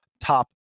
top